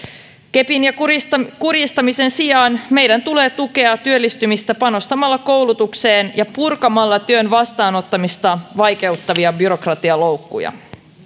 kepin ja kurjistamisen kurjistamisen sijaan meidän tulee tukea työllistymistä panostamalla koulutukseen ja purkamalla työn vastaanottamista vaikeuttavia byrokratialoukkuja